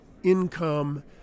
income